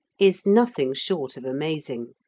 is nothing short of amazing.